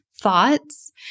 thoughts